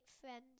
friends